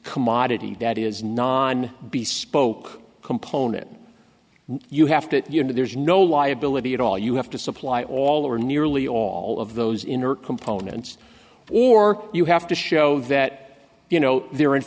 commodity that is non be spoke component you have to you know there's no liability at all you have to supply all or nearly all of those inert components or you have to show that you know there